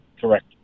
Correct